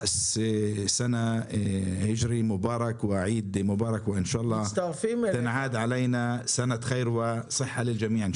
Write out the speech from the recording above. שנה היג'רית מבורכת וחג מבורך ואינשאללה תהיה זו שנת טוב ובריאות לכולם,